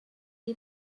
est